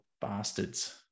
bastards